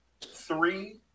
Three